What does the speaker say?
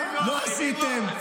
לא עשיתם.